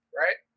right